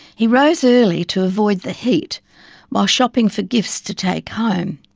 he rose early to avoid the heat while shopping for gifts to take home,